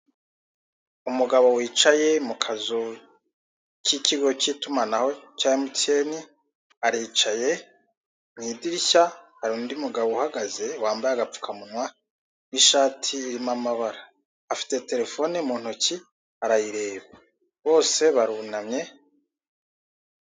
Umugabo wicaye mu kazu k'ikigo cy'itumanaho cya MTN, aricaye, mu idirishya hari undi mugabo uhagaze wambaye agapfukamunwa n'ishati irimo amabara. Afite telefone mu ntoki arayireba. Bose barunamye,